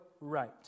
right